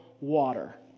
water